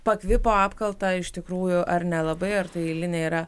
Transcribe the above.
pakvipo apkalta iš tikrųjų ar nelabai ar tai eilinė yra